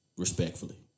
Respectfully